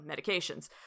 medications